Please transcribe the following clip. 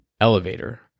elevator